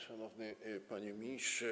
Szanowny Panie Ministrze!